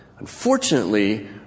Unfortunately